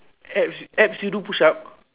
abs abs you do push-up